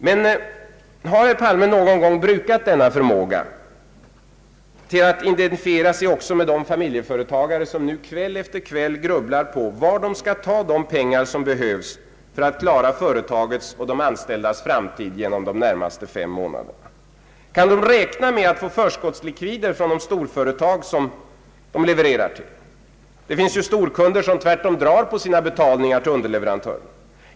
Men har herr Palme någon gång brukat denna förmåga även till att identifiera sig med de familjeföretagare som nu kväll efter kväll grubblar på var de skall ta de pengar som behövs för att klara företagets och de anställdas framtid genom de närmaste fem månaderna? Kan de räkna med att få förskottslikvider från de storföretag som de levererar till? Det finns ju storkunder som tvärtom drar på sina betalningar till underleverantörerna.